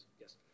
yes